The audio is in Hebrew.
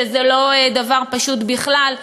שזה לא דבר פשוט בכלל.